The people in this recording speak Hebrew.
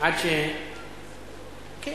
שוכראן.